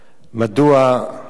מדוע את,